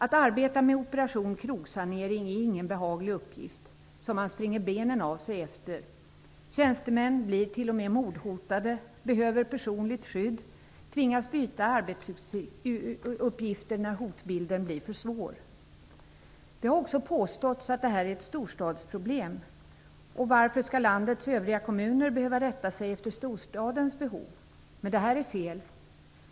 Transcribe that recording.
Att arbeta med operation krogsanering är ingen behaglig uppgift som man springer benen av sig efter. Tjänstemän blir t.o.m. mordhotade, behöver personligt skydd och tvingas byta arbetsuppgifter när hotbilden blir för svår. Det har också påståtts att det här är ett storstadsproblem, och man undrar varför landets övriga kommuner skall behöva rätta sig efter storstadens behov. Men detta är fel.